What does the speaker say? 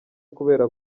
kubera